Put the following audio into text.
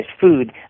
food